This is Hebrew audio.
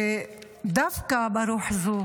דווקא ברוח הזו